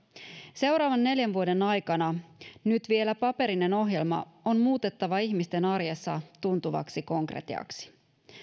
seuraavan neljän vuoden aikana nyt vielä paperinen ohjelma on muutettava ihmisten arjessa tuntuvaksi konkretiaksi